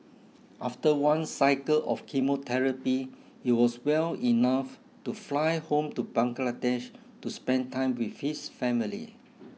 after one cycle of chemotherapy he was well enough to fly home to Bangladesh to spend time with his family